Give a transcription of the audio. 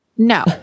No